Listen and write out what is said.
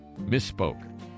misspoke